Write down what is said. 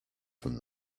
from